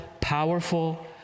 powerful